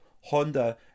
Honda